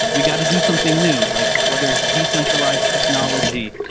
we got to do something new, like whether it's decentralized technology.